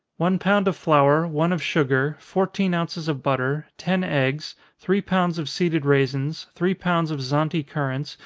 one pound of flour, one of sugar, fourteen ounces of butter, ten eggs, three pounds of seeded raisins, three pounds of zante currants,